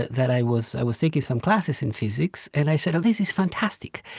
that i was i was taking some classes in physics. and i said, oh, this is fantastic,